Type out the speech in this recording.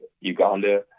Uganda